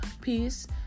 peace